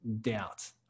doubt